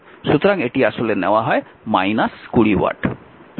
সুতরাং এটি আসলে নেওয়া হয় 20 ওয়াট